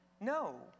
No